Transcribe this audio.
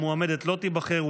המועמדת לא תיבחר,